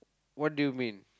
what do you mean